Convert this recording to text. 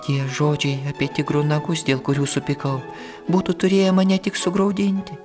tie žodžiai apie tigrų nagus dėl kurių supykau būtų turėję mane tik sugraudinti